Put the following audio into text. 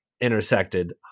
intersected